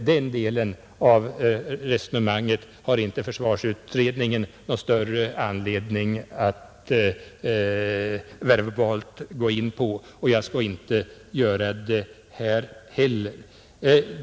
Den delen av resonemanget har inte försvarsutredningen någon större anledning att verbalt gå in på, och jag skall inte göra det här heller.